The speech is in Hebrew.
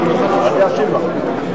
אני אשיב לך.